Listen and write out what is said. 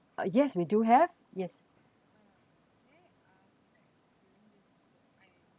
uh yes we do have yes